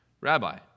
Rabbi